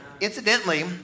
Incidentally